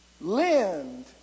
Lend